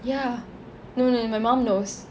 ya no no my mum knows